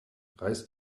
reiß